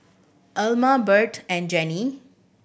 Elmer Bret and Jenni